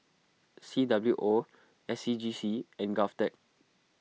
C W O S C G C and Govtech